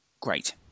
Great